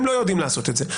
הם לא יודעים לעשות את זה.